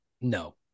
No